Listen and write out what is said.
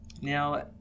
now